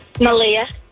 Malia